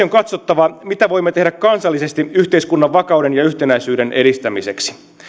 on katsottava mitä voimme tehdä kansallisesti yhteiskunnan vakauden ja yhtenäisyyden edistämiseksi